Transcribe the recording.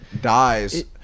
dies